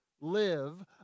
live